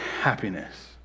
happiness